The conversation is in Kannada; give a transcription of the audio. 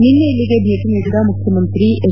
ನಿನ್ನೆ ಇಲ್ಲಿಗೆ ಭೇಟಿ ನೀಡಿದ ಮುಖ್ಯಮಂತ್ರಿ ಎಚ್